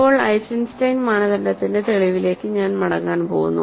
ഇപ്പോൾ ഐസൻസ്റ്റൈൻ മാനദണ്ഡത്തിന്റെ തെളിവിലേക്ക് ഞാൻ മടങ്ങാൻ പോകുന്നു